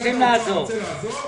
רוצים לעזור.